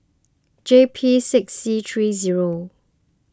J P six C three zero